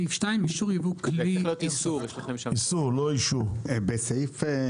איסור ייבוא כלי איירסופט 2. (א) לא ייבא אדם,